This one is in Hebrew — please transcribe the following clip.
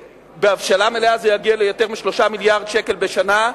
בהבשלה מלאה זה יגיע ליותר מ-3 מיליארדי שקל בשנה,